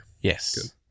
Yes